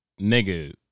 nigga